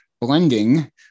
blending